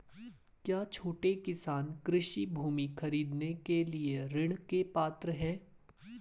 क्या छोटे किसान कृषि भूमि खरीदने के लिए ऋण के पात्र हैं?